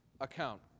account